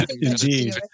Indeed